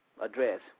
address